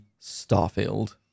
Starfield